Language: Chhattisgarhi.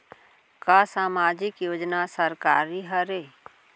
का सामाजिक योजना सरकारी हरे?